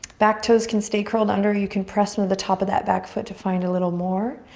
back toes can stay curled under. you can press them at the top of that back foot to find a little more.